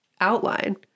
outline